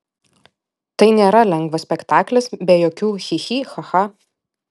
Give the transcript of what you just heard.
tai nėra lengvas spektaklis be jokių chi chi cha cha